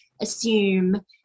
assume